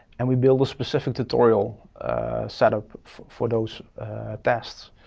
and we build a specific tutorial setup for those tests,